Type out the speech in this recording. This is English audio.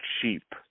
cheap